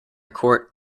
court